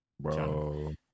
Bro